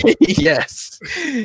Yes